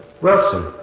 Wilson